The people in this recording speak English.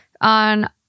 on